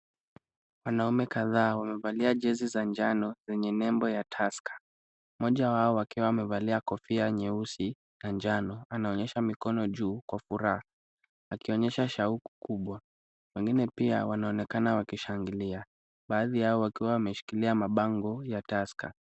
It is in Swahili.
Wanaume kadhaa wamevalia jezi za njano zenye nembo ya Tusker. Mmoja wao akiwa amevalia kofia nyeusi na njano anaonyesha mikono juu kwa furaha, akionyesha shauku kubwa. Wengine pia wanaonekana wakishangilia, baadhi yao wakiwa wameshikilia mabango ya Tusker.